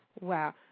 Wow